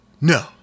No